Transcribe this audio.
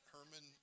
Herman